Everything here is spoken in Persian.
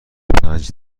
پنج